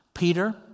Peter